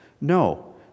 No